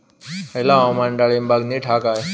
हयला हवामान डाळींबाक नीट हा काय?